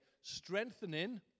strengthening